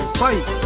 fight